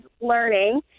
learning